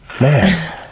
Man